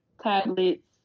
tablets